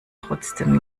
trotzdem